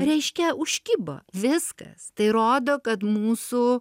reiškia užkibo viskas tai rodo kad mūsų